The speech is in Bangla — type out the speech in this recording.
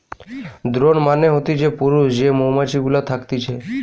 দ্রোন মানে হতিছে পুরুষ যে মৌমাছি গুলা থকতিছে